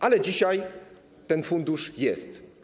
Ale dzisiaj ten fundusz jest.